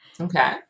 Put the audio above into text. Okay